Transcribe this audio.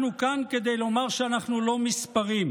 אנחנו כאן כדי לומר שאנחנו לא מספרים.